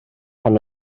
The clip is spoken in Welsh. pan